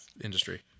industry